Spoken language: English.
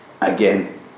again